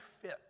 fit